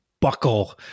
buckle